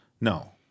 No